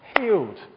healed